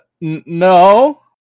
No